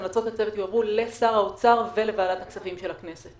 המלצות הספר יועברו לשר האוצר ולוועדת הכספים של הכנסת.